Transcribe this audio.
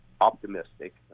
optimistic